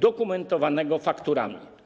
dokumentowanego fakturami.